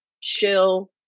chill